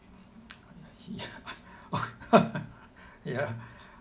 ya ya